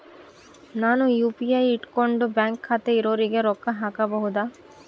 ನಾನು ಯು.ಪಿ.ಐ ಇಟ್ಕೊಂಡು ಬ್ಯಾಂಕ್ ಖಾತೆ ಇರೊರಿಗೆ ರೊಕ್ಕ ಹಾಕಬಹುದಾ?